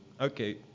okay